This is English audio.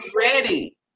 ready